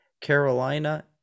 Carolina